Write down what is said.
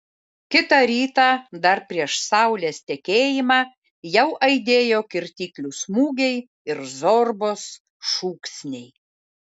kitą rytą dar prieš saulės tekėjimą jau aidėjo kirtiklių smūgiai ir zorbos šūksniai